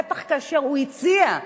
בטח כאשר הוא הציע,